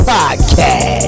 Podcast